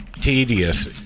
tedious